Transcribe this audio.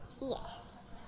Yes